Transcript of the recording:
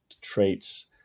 traits